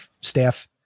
staff